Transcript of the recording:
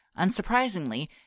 Unsurprisingly